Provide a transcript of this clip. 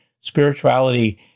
Spirituality